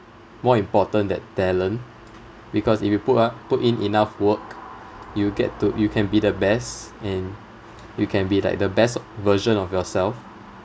more important than talent because if you put a~ put in enough work you get to you can be the best and you can be like the best version of yourself